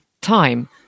time